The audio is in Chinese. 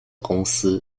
公司